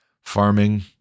farming